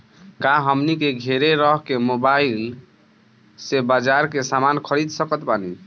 का हमनी के घेरे रह के मोब्बाइल से बाजार के समान खरीद सकत बनी?